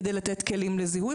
כדי לתת כלים לזיהוי?